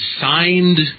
signed